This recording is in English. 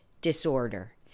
disorder